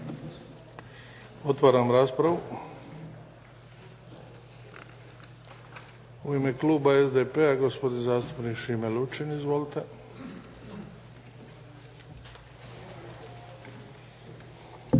Otvaram raspravu. U ime kluba SDP-a gospodin zastupnik Šime Lučin, izvolite.